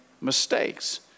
mistakes